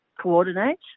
coordinate